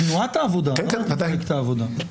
תנועת העבודה.